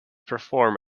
perform